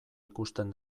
ikusten